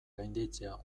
gainditzea